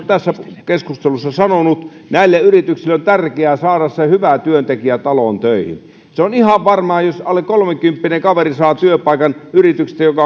tässä keskustelussa sanonut näille yrityksille on tärkeää saada se hyvä työntekijä taloon töihin se on ihan varmaa että jos alle kolmekymppinen kaveri saa työpaikan yrityksestä joka